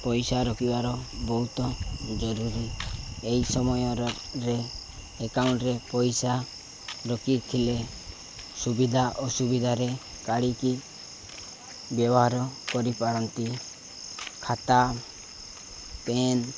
ପଇସା ରଖିବାର ବହୁତ ଜରୁରୀ ଏହି ସମୟର ରେ ଏକାଉଣ୍ଟରେ ପଇସା ରଖିଥିଲେ ସୁବିଧା ଅସୁବିଧାରେ କାଢ଼ିକି ବ୍ୟବହାର କରିପାରନ୍ତି ଖାତା ପେନ୍